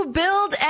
build